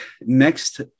next